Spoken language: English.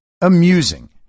amusing